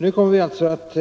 Nu kommer vi alltså att